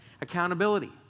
Accountability